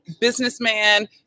businessman